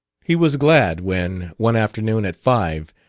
he was glad when, one afternoon at five,